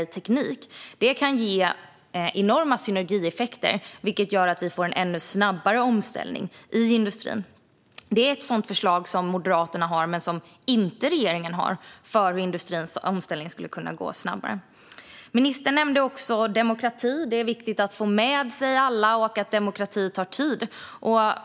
Jag tror att det kan ge enorma synergieffekter, vilket gör att vi får en ännu snabbare omställning i industrin. Det är ett sådant förslag om hur industrins omställning skulle kunna gå snabbare som Moderaterna har men inte regeringen. Ministern nämnde också att demokrati tar tid och att det är viktigt att få med sig alla.